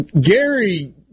Gary